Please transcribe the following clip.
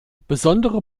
besondere